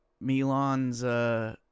Milan's